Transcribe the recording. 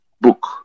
book